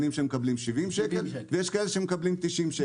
שמקבלים 70 שקל ויש כאלה שמקבלים 90 שקל,